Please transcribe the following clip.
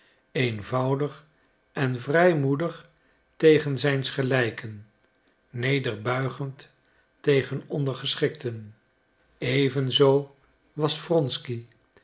eenvoudig en vrijmoedig tegen zijns gelijken nederbuigend tegen ondergeschikten evenzoo was